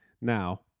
Now